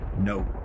no